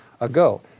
ago